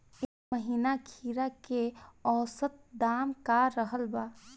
एह महीना खीरा के औसत दाम का रहल बा?